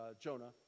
Jonah